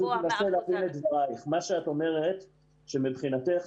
את אומרת שמבחינתך